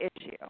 issue